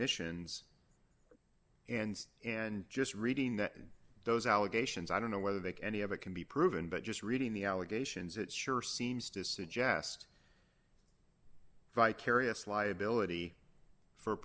missions and and just reading that those allegations i don't know whether they can any of it can be proven but just reading the allegations it sure seems to suggest vicarious liability for